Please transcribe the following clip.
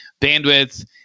bandwidth